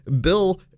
Bill